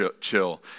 chill